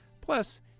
Plus